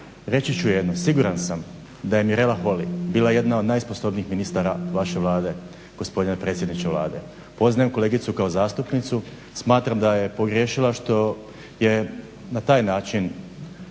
Reći ću jedno, siguran sam da je Mirela Holy bila jedna od najsposobnijih ministara vaše Vlade, gospodine predsjedniče Vlade. Poznajem kolegicu kao zastupnicu, smatram da je pogriješila što je na taj način